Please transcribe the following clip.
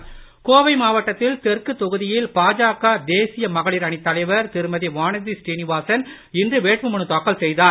கோவை மாவட்டத்தில் தெற்கு தொகுதியில் பாஜக தேசிய மகளிர் அணி தலைவர் திருமதி வானதி ஸ்ரீனிவாசன் இன்று வேட்புமனு தாக்கல் செய்தார்